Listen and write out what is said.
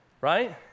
right